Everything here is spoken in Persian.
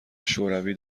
شوروی